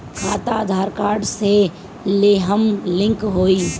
खाता आधार कार्ड से लेहम लिंक होई?